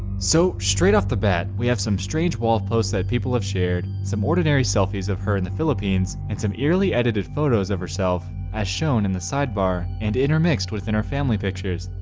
so straight off the bat we have some strange wall posts that people have shared some ordinary selfies of her in the philippines and some eerily edited photos of herself as shown in the sidebar and intermixed within her family pictures